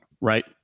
right